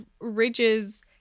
ridges